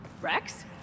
Rex